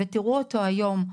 תראו אותו היום,